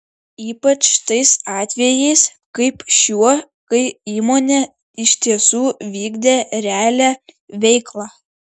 ypač tais atvejais kaip šiuo kai įmonė iš tiesų vykdė realią veiklą